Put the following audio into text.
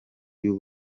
y’u